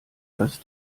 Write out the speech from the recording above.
dass